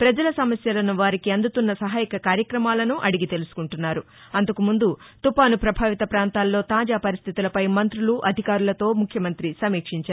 పజల సమస్యలను వారికి అందుతున్న సహాయక కార్యక్రమాలను అడిగి తెలుసుకుంటున్నారు అంతకుముందు తుపాను పభావిత పొంతాల్లో తాజా పరిస్థితులపై మంత్రులు అధికారులతో ముఖ్యమంత్రి సమీక్షించారు